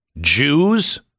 Jews